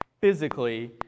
physically